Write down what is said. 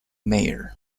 mayor